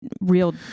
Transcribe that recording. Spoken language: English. real